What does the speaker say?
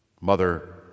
mother